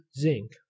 zinc